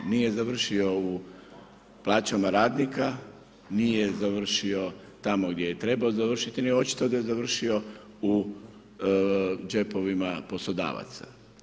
Nije završio u plaćama radnika, nije završio tamo gdje je trebao završiti, očito da je završio u džepovima poslodavaca.